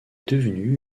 devenue